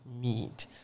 meet